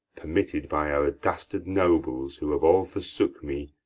permitted by our dastard nobles, who have all forsook me,